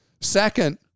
Second